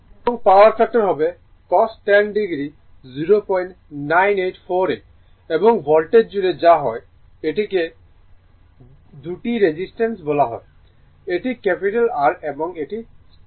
এবং power factor হবে cos 10 o 09848 এবং ভোল্টেজ জুড়ে যা হয় এটি কে এটি কে দুটি রেজিস্টেন্স বলা হয় এটি ক্যাপিটাল R এবং এটি ছোট r